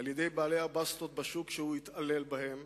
על-ידי בעלי הבסטות בשוק, שהוא התעלל בהם,